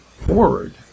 forward